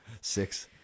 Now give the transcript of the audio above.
six